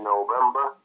November